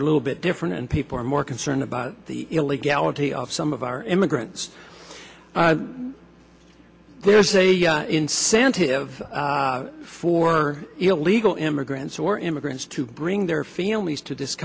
are a little bit different and people are more concerned about the illegality of some of our immigrants there's a incentive for illegal immigrants or immigrants to bring their families to this